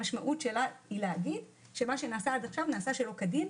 המשמעות שלה היא להגיד שמה שנעשה עד עכשיו נעשה שלא כדין,